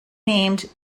named